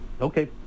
Okay